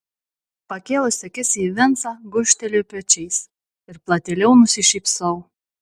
pakėlusi akis į vincą gūžteliu pečiais ir platėliau nusišypsau